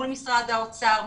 מול משרד האוצר,